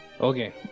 Okay